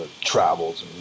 travels